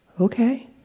Okay